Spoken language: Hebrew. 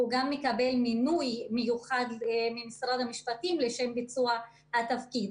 הוא גם מקבל מינוי מיוחד ממשרד המשפטים לשם ביצוע התפקיד.